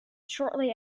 shortly